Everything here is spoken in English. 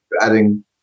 adding